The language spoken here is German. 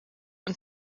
und